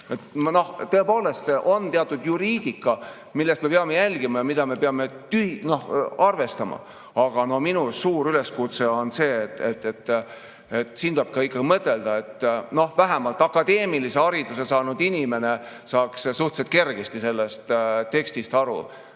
Tõepoolest on teatud juriidika, mida me peame jälgima ja mida me peame arvestama, aga minu suur üleskutse on see, et siin tuleb ikkagi mõtelda, et vähemalt akadeemilise hariduse saanud inimene saaks suhteliselt kergesti aru sellest tekstist ja